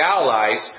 Allies